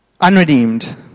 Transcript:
unredeemed